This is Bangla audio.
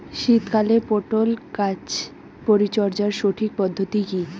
শীতকালে পটল গাছ পরিচর্যার সঠিক পদ্ধতি কী?